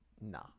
Nah